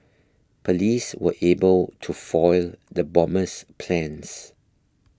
police were able to foil the bomber's plans